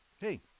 hey